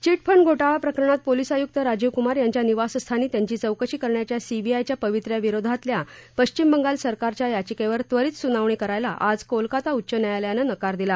cheat fund घोटाळा प्रकरणात police आयुक्त राजीव कुमार यांच्या निवासस्थानी त्यांची चौकशी करण्याच्या सीबीआयच्या पवित्र्याविरोधातल्या पश्चिम बंगाल सरकारच्या याचिकेवर त्वरित सुनावणी करायला आज कोलकाता उच्च न्यायालयानं नकार दिला